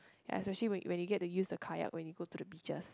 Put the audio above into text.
especially when you when you get to use the kayak when you to the beaches